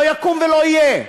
לא יקום ולא יהיה.